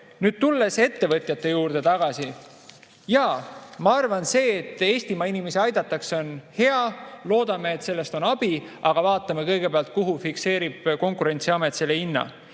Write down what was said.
tulles ettevõtjate juurde tagasi. Jaa, ma arvan, et see, et Eestimaa inimesi aidatakse, on hea. Loodame, et sellest on abi, aga vaatame kõigepealt, millisena fikseerib Konkurentsiamet selle hinna.